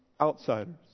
outsiders